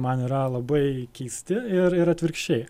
man yra labai keisti ir ir atvirkščiai